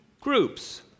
groups